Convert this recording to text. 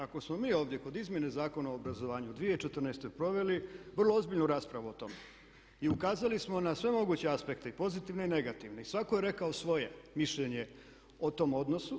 Ako smo mi ovdje kod Izmjene zakona o obrazovanju u 2014. proveli vrlo ozbiljnu raspravu o tome i ukazali smo na sve moguće aspekte i pozitivne i negativne i svatko je rekao svoje mišljenje o tom odnosu.